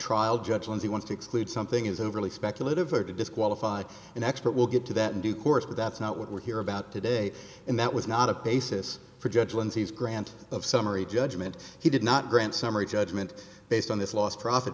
trial judge when he wants to exclude something is overly speculative or to disqualify an expert we'll get to that in due course but that's not what we're here about today and that was not a basis for judge lindsey's grant of summary judgment he did not grant summary judgment based on this last profit